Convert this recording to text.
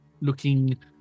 looking